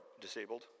disabled